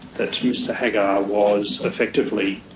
that mr haggar was effectively